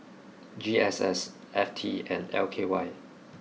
G S S F T and L K Y